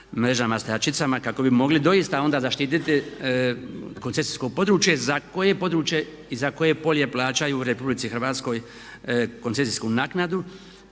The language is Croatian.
mrežama stajačicama kako bi mogli doista onda zaštiti koncesijsko područje za koje područje i za koje polje plaćaju RH koncesijsku naknadu